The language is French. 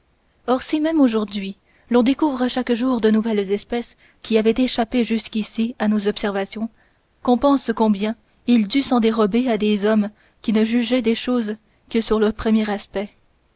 or si même aujourd'hui l'on découvre chaque jour de nouvelles espèces qui avaient échappé jusqu'ici à toutes nos observations qu'on pense combien il dut s'en dérober à des hommes qui ne jugeaient des choses que sur le premier aspect